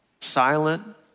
silent